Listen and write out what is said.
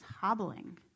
hobbling